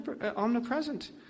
omnipresent